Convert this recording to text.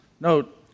Note